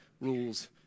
rules